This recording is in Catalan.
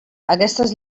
aquestes